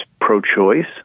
pro-choice